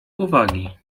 uwagi